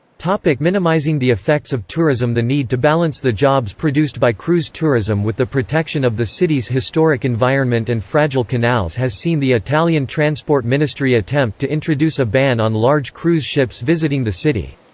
like minimising the effects of tourism the need to balance the jobs produced by cruise tourism with the protection of the city's historic environment and fragile canals has seen the italian transport ministry attempt to introduce a ban on large cruise ships visiting the city.